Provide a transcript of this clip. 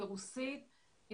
רוסית,